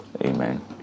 Amen